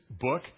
book